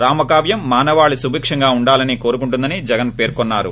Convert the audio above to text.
రామ కావ్యం మానవాళి సుభిక్షంగా ఉండాలని కోరుకుంటుదని జగన్ పేర్కొన్నారు